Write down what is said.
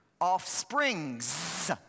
Offsprings